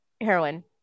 heroin